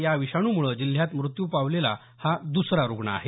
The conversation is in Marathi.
या विषाणुमुळे जिल्ह्यात मृत्यू पावलेला हा दुसरा रुग्ण आहे